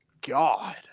God